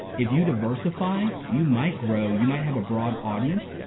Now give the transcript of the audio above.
if you diversify, you might grow, you might have a broad audience,